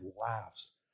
laughs